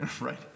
right